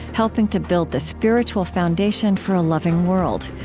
helping to build the spiritual foundation for a loving world.